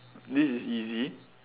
this is easy